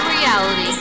reality